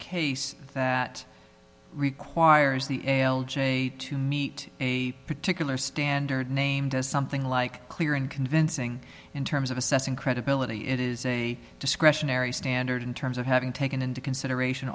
case that requires the ael j to meet a particular standard named as something like clear and convincing in terms of assessing credibility it is a discretionary standard in terms of having taken into consideration